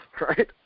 right